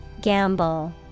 gamble